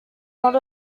not